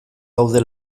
gaude